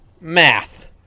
Math